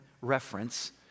reference